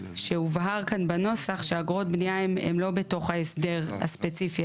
שהובהר כאן בנוסח שאגרות בניה הן לא בתוך ההסדר הספציפי